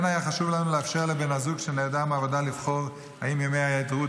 כן היה חשוב לנו לאפשר לבן הזוג שנעדר מהעבודה לבחור אם ימי ההיעדרות